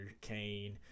kane